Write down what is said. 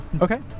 Okay